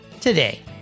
today